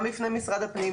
גם בפני משרד הפנים,